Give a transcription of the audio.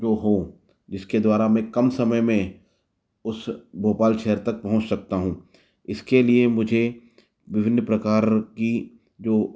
जो हो जिसके द्वारा मैं कम समय में उस भोपाल शहर तक पहुँच सकता हूँ इसके लिए मुझे विभिन्न प्रकार की जो